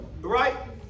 right